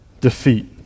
defeat